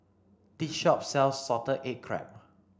this shop sells salted egg crab